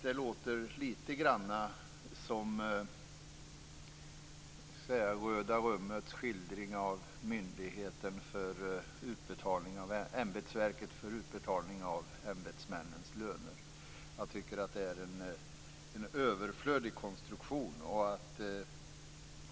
Det låter litet grand som skildringen i Röda rummet av ämbetsverket för utbetalning av ämbetsmännens löner. Jag tycker att det är en överflödig konstruktion.